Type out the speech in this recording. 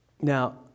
Now